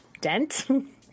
Dent